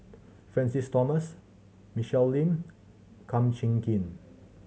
Francis Thomas Michelle Lim Kum Chee Kin